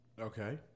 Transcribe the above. Okay